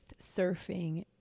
surfing